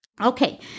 Okay